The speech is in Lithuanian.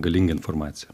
galingą informaciją